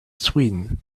sweden